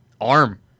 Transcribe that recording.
arm